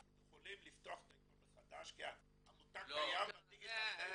אנחנו יכולים לפתוח את העיתון מחדש כי המותג קיים והדיגיטל קיים.